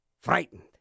frightened